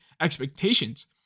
expectations